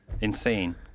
Insane